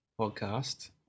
podcast